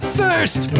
first